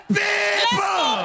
people